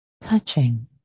touching